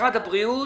משרד הבריאות?